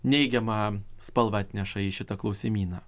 neigiamą spalvą atneša į šitą klausimyną